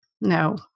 no